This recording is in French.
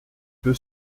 peu